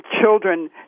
children